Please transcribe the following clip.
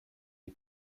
die